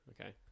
Okay